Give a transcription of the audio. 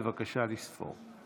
בבקשה לספור.